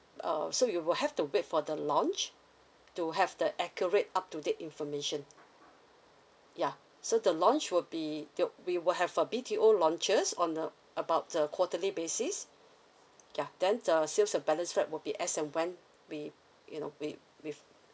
uh so you will have to wait for the launch to have the accurate up to date information yeah so the launch will be you we will have a B_T_O launches on uh about uh quarterly basis ya then uh sales and ballots right will be as and when we you know we with